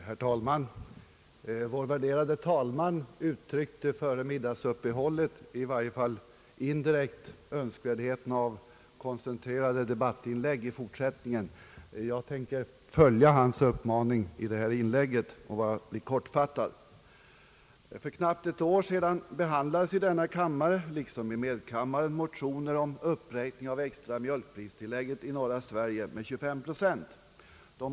Herr talman! Vår värderade talman uttryckte före middagsuppehållet i varje fall indirekt en önskan om koncentrerade debattinlägg i fortsättningen. Jag tänker följa hans uppmaning och bli kortfattad. För knappt ett år sedan behandlades i denna kammare liksom i medkammaren motioner om uppräkning av det extra mjölkpristillägget i norra Sverige med 25 procent.